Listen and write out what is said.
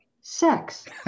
sex